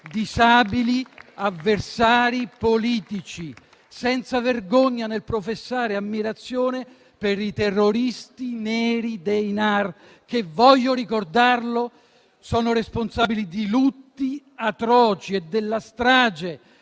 disabili, avversari politici; e senza vergogna nel professare ammirazione per i terroristi neri dei NAR che - voglio ricordarlo - sono responsabili di lutti atroci e della strage